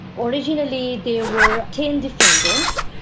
originally there were ten defendants.